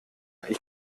ich